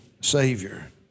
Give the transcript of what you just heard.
Savior